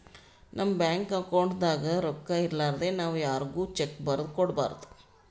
ನಮ್ ಬ್ಯಾಂಕ್ ಅಕೌಂಟ್ದಾಗ್ ರೊಕ್ಕಾ ಇರಲಾರ್ದೆ ನಾವ್ ಯಾರ್ಗು ಚೆಕ್ಕ್ ಬರದ್ ಕೊಡ್ಬಾರ್ದು